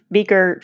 Beaker